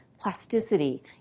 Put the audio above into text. plasticity